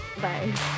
bye